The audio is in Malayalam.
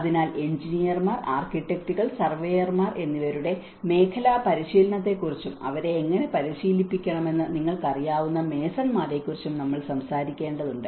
അതിനാൽ എഞ്ചിനീയർമാർ ആർക്കിടെക്റ്റുകൾ സർവേയർമാർ എന്നിവരുടെ മേഖലാ പരിശീലനത്തെക്കുറിച്ചും അവരെ എങ്ങനെ പരിശീലിപ്പിക്കണമെന്ന് നിങ്ങൾക്കറിയാവുന്ന മേസൺമാരെക്കുറിച്ചും നമ്മൾ സംസാരിക്കേണ്ടതുണ്ട്